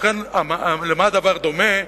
למה הדבר דומה?